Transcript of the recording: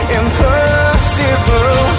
impossible